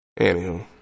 Anywho